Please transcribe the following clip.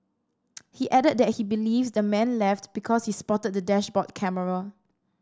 he added that he believes the man left because he spotted the dashboard camera